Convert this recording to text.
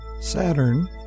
Saturn